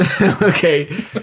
Okay